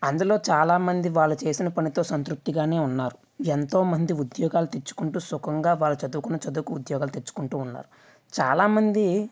అందులో చాలామంది వాళ్ళు చేసిన పనితో సంతృప్తిగానే ఉన్నారు ఎంతోమంది ఉద్యోగాలు తెచ్చుకుంటూ సుఖంగా వాళ్ళు చదువుకున్న చదువుకు ఉద్యోగాలు తెచ్చుకుంటూ ఉన్నారు చాలామంది